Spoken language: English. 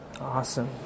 Awesome